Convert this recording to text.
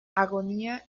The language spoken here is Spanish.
agonía